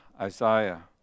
Isaiah